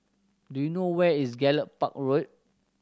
do you know where is Gallop Park Road